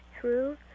true